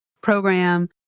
program